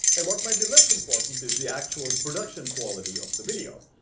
and what might be less important is the actual production quality of the video.